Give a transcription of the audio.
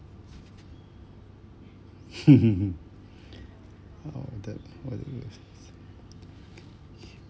oh that what you go first